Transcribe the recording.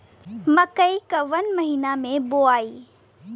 मकई कवना महीना मे बोआइ?